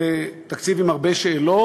זה תקציב עם הרבה שאלות